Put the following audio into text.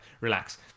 Relax